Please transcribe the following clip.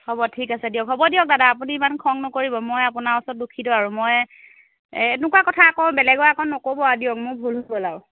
হ'ব ঠিক আছে দিয়ক হ'ব দিয়ক দাদা আপুনি ইমান খং নকৰিব মই আপোনাৰ ওচৰত দূষিত আৰু মই এনেকুৱা কথা বেলেগক আকৌ নক'ব আৰু দিয়ক মোৰ ভুল হ'ল গ'ল আৰু